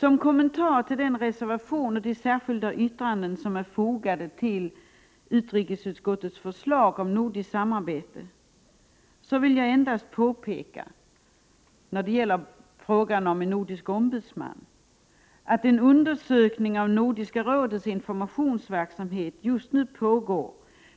Som kommentar till den reservation och de särskilda yttranden som är fogade till utrikesutskottets förslag om nordiskt samarbete vill jag endast i fråga om en nordisk ombudsman påpeka, att en undersökning av Nordiska rådets informationsverksamhet just nu pågår